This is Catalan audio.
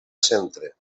centre